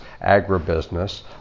agribusiness